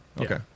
okay